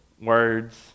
words